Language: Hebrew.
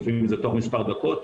ולפעמים זה גגם תוך מספר דקות,